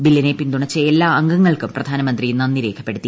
ബില്ലിനെ പിന്തുണച്ച എല്ലാ അംഗങ്ങൾക്കും പ്രധാനമന്ത്രി നന്ദി രേഖപ്പെടുത്തി